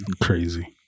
Crazy